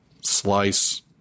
slice